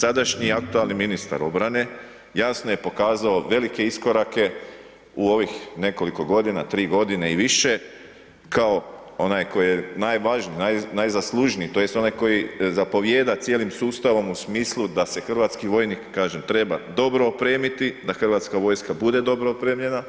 Sadašnji i aktualni ministar obrane jasno je pokazao velike iskorake u ovih nekoliko godina, 3 godine i više, kao onaj koji je najvažniji, najzaslužniji, tj. onaj koji zapovijeda cijelim sustavom u smislu da se hrvatski vojnik, kažem, treba dobro opremiti, da HV bude dobro opremljena,